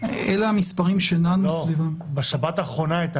אלה המספרים שנענו סביבם --- בשבת האחרונה.